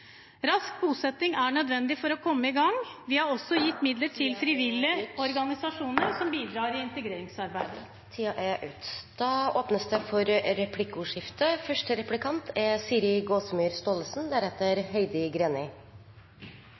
Rask bosetting er nødvendig for å komme i gang. Vi har også gitt midler til frivillige organisasjoner som bidrar i integreringsarbeidet. Det blir replikkordskifte.